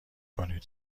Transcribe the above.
کنید